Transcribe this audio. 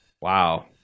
Wow